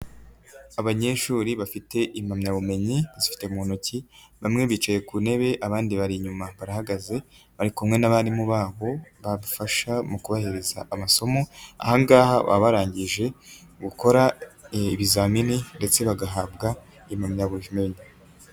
Abanyeshuri bafite impamyabumenyi bazifite mu ntoki, bamwe bicaye ku ntebe abandi bari inyuma barahagaze, bari kumwe n'abarimu babo, babafasha mu kubahereza amasomo, aha ngaha baba barangije gukora ibizamini ndetse bagahabwa impamyabumenyi.